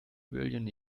billion